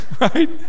Right